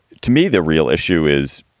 to me, the real issue is,